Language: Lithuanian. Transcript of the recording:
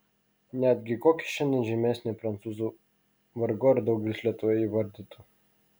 netgi kokį šiandien žymesnį prancūzą vargu ar daugelis lietuvoje įvardytų